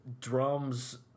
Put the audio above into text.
drums